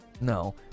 No